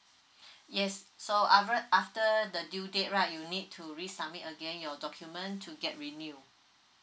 yes so af~ after the due date right you need to resubmit again your document to get renew